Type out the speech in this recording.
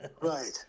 right